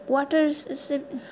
वातार सेब